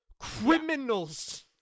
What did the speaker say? Criminals